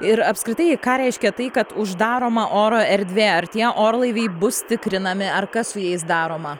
ir apskritai ką reiškia tai kad uždaroma oro erdvė ar tie orlaiviai bus tikrinami ar kas su jais daroma